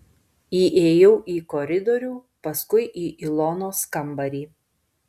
įėjau į koridorių paskui į ilonos kambarį